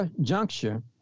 juncture